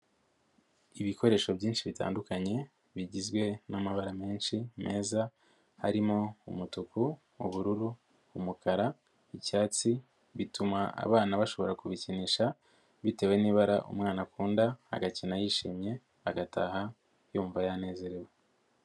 Ibikoresho byinshi bitandukanye bigizwe n'amabara menshi meza harimo umutuku, ubururu, umukara, icyatsi bituma abana bashobora kubikinisha bitewe n'ibara umwana akunda, agakina yishimye agataha yumva yanezerewe.